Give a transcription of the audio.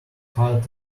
hard